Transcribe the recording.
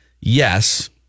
yes